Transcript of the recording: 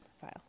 File